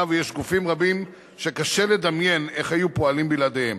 ויש גופים רבים שקשה לדמיין איך היו פועלים בלעדיהם.